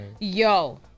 Yo